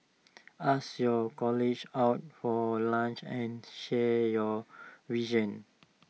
ask your colleagues out for lunch and share your visions